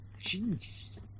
Jeez